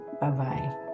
bye-bye